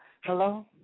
Hello